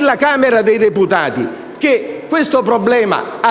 La Camera dei deputati, che questo problema, a